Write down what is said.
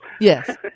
Yes